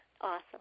Awesome